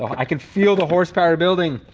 i can feel the horsepower building.